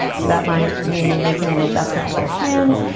so that might mean making an adjustment with your hands.